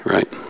Right